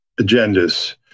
agendas